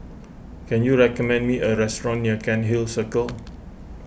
can you recommend me a restaurant near Cairnhill Circle